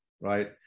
right